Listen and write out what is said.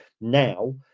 now